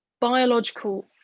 biological